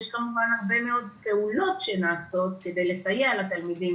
יש כמובן הרבה מאוד פעולות שנעשות על מנת לסייע לתלמידים